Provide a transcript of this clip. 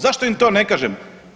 Zašto im to ne kažemo?